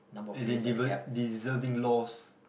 as in deve~ deserving loss